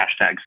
hashtags